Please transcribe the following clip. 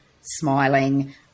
smiling